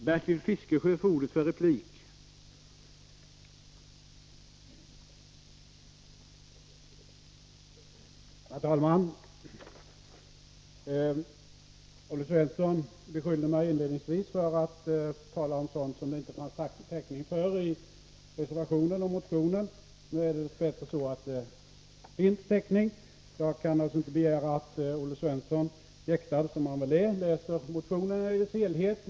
Herr talman! Olle Svensson beskyllde mig inledningsvis för att tala om sådant som det inte fanns täckning för i reservationen och motionen. Nu är det dess bättre så att det finns täckning. Jag kan naturligtvis inte begära att Olle Svensson, jäktad som han väl är, läser motionen i dess helhet.